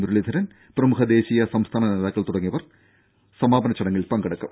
മുരളീധരൻ പ്രമുഖ ദേശീയ സംസ്ഥാന നേതാക്കൾ തുടങ്ങിയവർ പരിപാടികളിൽ പങ്കെടുക്കും